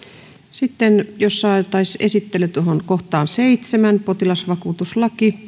sitten jos saataisiin esittely tuohon kohtaan seitsemän potilasvakuutuslaki